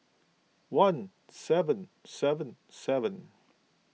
one seven seven seven